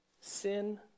Sin